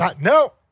no